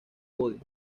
cody